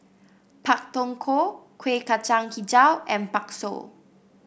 Pak Thong Ko Kueh Kacang hijau and bakso